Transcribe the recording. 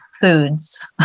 foods